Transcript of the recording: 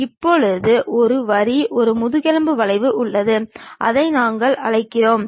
இப்போது ஒரு வரி ஒரு முதுகெலும்பு வளைவு உள்ளது அதை நாங்கள் அழைக்கிறோம்